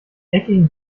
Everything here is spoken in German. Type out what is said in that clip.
eckigen